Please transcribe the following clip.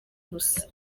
ubusa